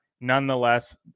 nonetheless